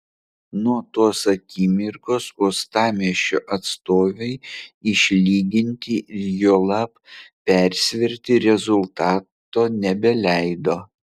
nuo tos akimirkos uostamiesčio atstovai išlyginti ir juolab persverti rezultato nebeleido